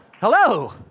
Hello